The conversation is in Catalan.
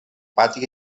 pati